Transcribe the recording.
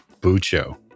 Bucho